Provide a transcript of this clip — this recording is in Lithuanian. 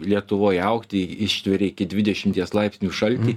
lietuvoj augti ištveria iki dvidešimties laipsnių šaltį